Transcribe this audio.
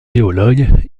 géologues